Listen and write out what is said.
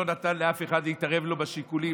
ולא נתן לאף אחד להתערב לו בשיקולים,